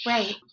Right